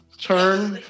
turn